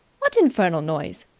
what infernal noise?